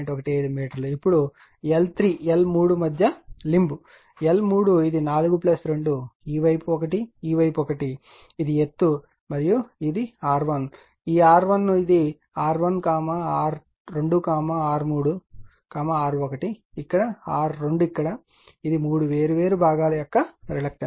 15 మీటర్లు ఇప్పుడు l3 మధ్య లింబ్ l3 ఇది 4 2 ఈ వైపు 1 ఈ వైపు 1 ఇది ఎత్తు మరియు ఈ R1 ఇది R1 R2 R3 R1 ఇక్కడ R2 ఇక్కడ ఇది మూడు వేర్వేరు భాగాల యొక్క రిలక్టన్స్